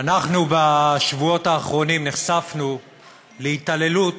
אנחנו בשבועות האחרונים נחשפנו להתעללות